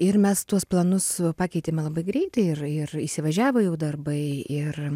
ir mes tuos planus pakeitėme labai greitai ir ir įsivažiavo jau darbai ir